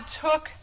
took